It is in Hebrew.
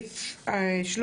הצבעה בעד, 1